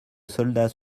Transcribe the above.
soldats